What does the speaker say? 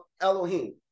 Elohim